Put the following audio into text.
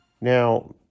Now